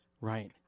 Right